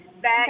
back